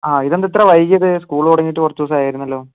അ ഇത് എന്താ ഇത്രയും വൈകിയത് സ്കൂള് തുറന്നിട്ട് കുറച്ച് ദിവസം ആയായിരുന്നല്ലോ